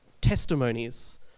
testimonies